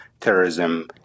terrorism